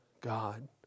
God